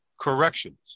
corrections